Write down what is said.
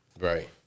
Right